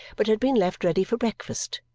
but had been left ready for breakfast.